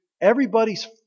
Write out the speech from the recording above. everybody's